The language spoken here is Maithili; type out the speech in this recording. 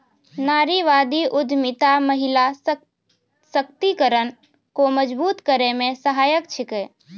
नारीवादी उद्यमिता महिला सशक्तिकरण को मजबूत करै मे सहायक छिकै